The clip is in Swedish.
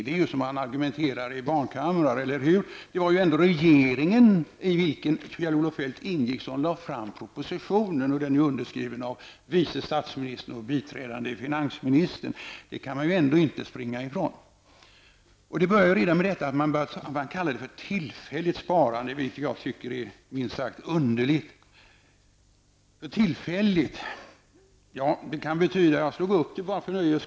Det är ju så man argumenterar i barnkammaren! Det var ju ändå regeringen, i vilken Kjell-Olof Feldt ingick, som lade fram propositionen, vilken är underskriven av vice statsministern och biträdande finansministern. Det kan man ju ändå inte springa ifrån. Jag tycker att det är minst sagt underligt att man kallar detta för ett ''tillfälligt'' sparande. Jag slog för nöjes skull upp ordet, eftersom jag tycker att det i detta sammanhang är mycket förvillande.